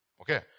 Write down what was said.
Okay